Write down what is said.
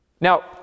Now